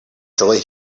joy